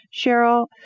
Cheryl